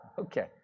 Okay